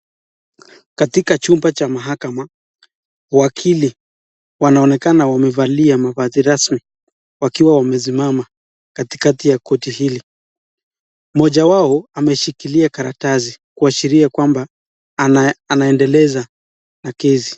Katika chumba cha mahakama wakili wanaonekana wamevalia mavazi rasmi wakiwa wamesimama katikati ya koti hili. Mmoja wao ameshikilia karatasi kuashiria kwamba anaendeleza kesi.